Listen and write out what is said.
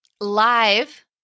live